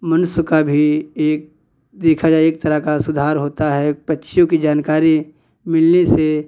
मनुष्य का भी एक देखा जाए एक तरह का सुधार होता है एक पक्षियों की जानकारी मिलने से